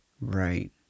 Right